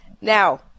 Now